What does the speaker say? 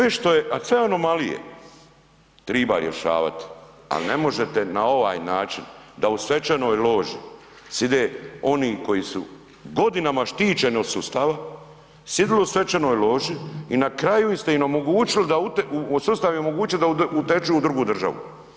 A sve što je, a sve anomalije triba rješavat, ali ne možete na ovaj način, da u svečanoj loži side oni koji su godinama štićeni od sustava, sidili u svečanoj loži i na kraju ste im omogućili da, sustav im je omogućio da uteču u drugu državu.